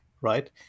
right